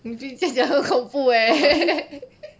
eh 你就这样讲很恐怖 eh